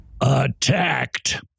attacked